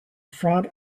front